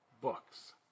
books